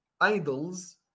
idols